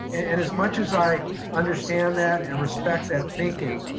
and as much as i understand that and respect that thinking,